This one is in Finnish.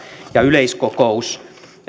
yleiskokous